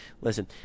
listen